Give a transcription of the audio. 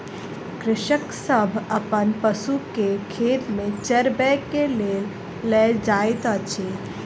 कृषक सभ अपन पशु के खेत में चरबै के लेल लअ जाइत अछि